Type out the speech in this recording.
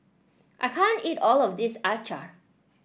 I can't eat all of this Acar